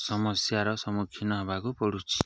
ସମସ୍ୟାର ସମ୍ମୁଖୀନ ହବାକୁ ପଡ଼ୁଛି